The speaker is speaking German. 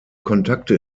kontakte